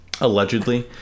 Allegedly